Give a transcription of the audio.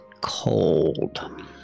cold